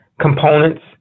components